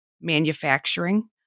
manufacturing